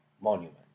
Monument